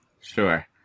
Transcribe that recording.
Sure